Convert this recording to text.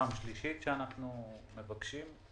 פעם שלישית שאנחנו מבקשים.